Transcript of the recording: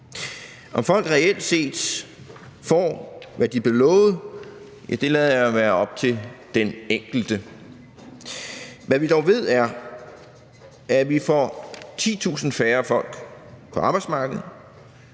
Om folk reelt set får, hvad de er blevet lovet, lader jeg være op til den enkelte. Hvad vi dog ved, er, at vi får 10.000 færre folk på arbejdsmarkedet,